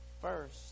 first